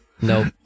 No